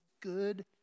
good